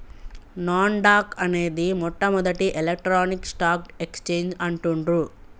నాస్ dock అనేది మొట్టమొదటి electronic stock exchange అంటుండ్రు